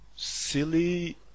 silly